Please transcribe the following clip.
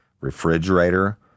refrigerator